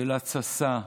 של התססה,